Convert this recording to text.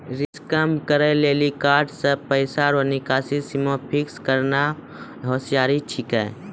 risk कम करै लेली कार्ड से पैसा रो निकासी सीमा फिक्स करना होसियारि छिकै